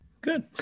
Good